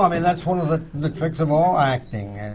um i mean, that's one of the the tricks of all acting,